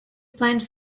plans